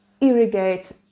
irrigate